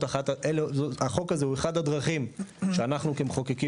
והחוק הזה הוא אחת הדרכים שאנחנו כמחוקקים